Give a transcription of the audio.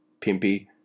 Pimpy